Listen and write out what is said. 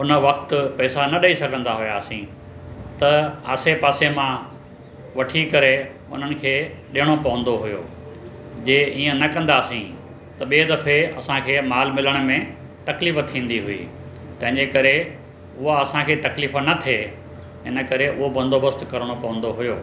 उन वक़्तु पैसा न ॾेई सघंदा हुआसीं त आसे पासे मां वठी करे उन्हनि खे ॾियणो पवंदो हुओ जे ईअं न कंदासीं त ॿिए दफ़े असांखे माल मिलण में तकलीफ़ु थींदी हुई तंहिंजे करे उहा असांखे तकलीफ़ु न थिए इन करे उहो बंदोबस्त करिणो पवंदो हुओ